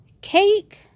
cake